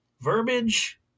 verbiage